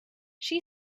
she